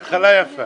כולם.